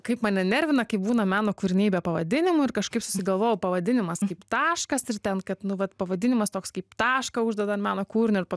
kaip mane nervina kai būna meno kūriniai be pavadinimų ir kažkaip susigalvojau pavadinimas kaip taškas ir ten kad nu vat pavadinimas toks kaip tašką uždeda ant meno kūrinio ir po